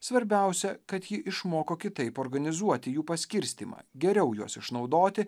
svarbiausia kad ji išmoko kitaip organizuoti jų paskirstymą geriau juos išnaudoti